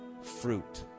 fruit